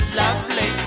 lovely